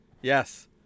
Yes